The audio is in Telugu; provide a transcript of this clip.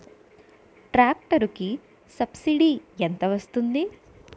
ట్రాక్టర్ కి సబ్సిడీ ఎంత వస్తుంది?